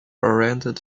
oriented